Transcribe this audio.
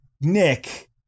Nick